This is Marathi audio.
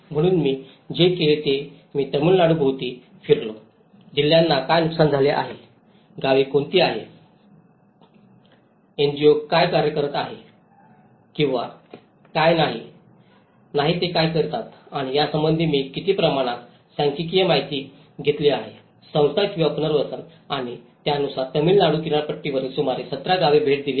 म्हणून मी जे केले ते मी तमिळनाडूभोवती फिरलो जिल्ह्यांना काय नुकसान झाले आहे गावे कोणती आहेत एनजीओ काय कार्यरत आहेत काय करीत आहेत किंवा नाही ते काय करीत आहेत यासंबंधी मी किती प्रमाणात सांख्यिकीय माहिती घेतली आहे संस्था किंवा पुनर्वसन आणि त्यानुसार तामिळनाडू किनारपट्टीवरील सुमारे 17 गावे भेट दिली आहेत